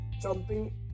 jumping